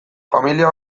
familia